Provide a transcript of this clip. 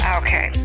okay